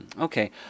Okay